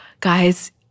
Guys